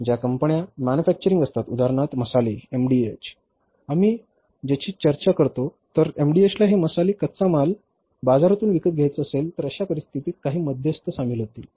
ज्या कंपन्या मॅन्युफॅक्चरिंग करतात उदाहरणार्थ मसाले एमडीएच आम्ही ज्याची चर्चा करतो जर एमडीएचला हे मसाले कच्चा माल बाजारातून विकत घ्यायचा असेल तर अशा परिस्थितीत काही मध्यस्त सामील होतील